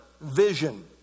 vision